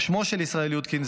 ושמו של ישראל יודקין,